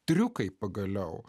triukai pagaliau